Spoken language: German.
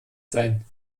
sein